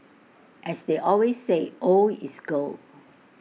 as they always say old is gold